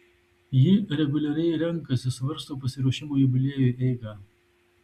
ji reguliariai renkasi svarsto pasiruošimo jubiliejui eigą